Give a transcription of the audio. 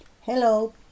Hello